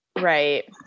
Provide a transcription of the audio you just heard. Right